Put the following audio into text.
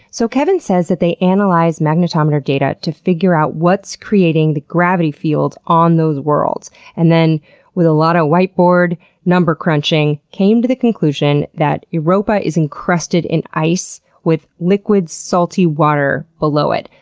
so kevin says that they analyze magnetometer data to figure out what's creating the gravity fields on those worlds and with a lot of whiteboard number crunching came to the conclusion that europa is encrusted in ice with liquid, salty water below it.